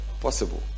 possible